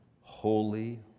holy